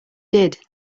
did